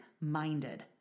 minded